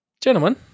Gentlemen